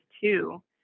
two